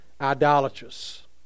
idolatrous